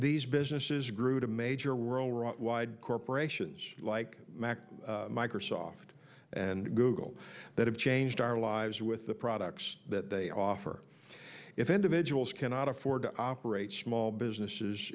these businesses grew to major world wide corporations like mac microsoft and google that have changed our lives with the products that they offer if individuals cannot afford to operate small businesses